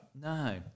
No